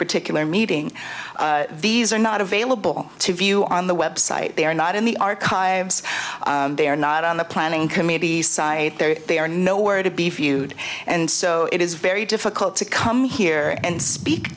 particular meeting these are not available to view on the website they are not in the archives they are not on the planning committee site there they are nowhere to be viewed and so it is very difficult to come here and speak